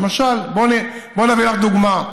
למשל, אביא לך דוגמה: